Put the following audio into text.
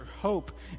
hope